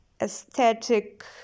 aesthetic